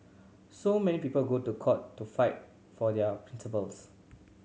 so many people go to court to fight for their principles